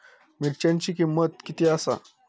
मिरच्यांची किंमत किती आसा?